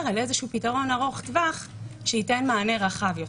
על איזה שהוא פתרון ארוך טווח שייתן מענה רחב יותר,